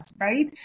right